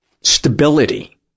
stability